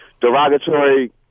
derogatory